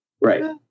right